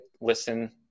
listen